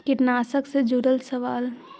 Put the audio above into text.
कीटनाशक से जुड़ल सवाल?